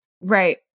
right